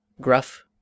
gruff